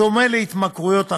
בדומה להתמכרויות אחרות,